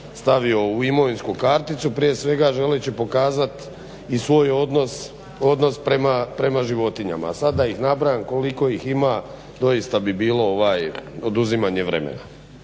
stavio u imovinsku karticu prije svega želeći pokazati i svoj odnos prema životinjama. Ali sad da ih nabrajam koliko ih ima doista bi bilo oduzimanje vremena.